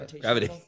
gravity